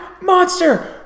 monster